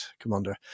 commander